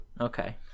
okay